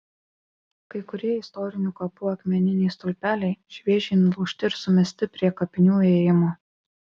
kai kurie istorinių kapų akmeniniai stulpeliai šviežiai nulaužti ir sumesti prie kapinių įėjimo